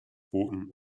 booten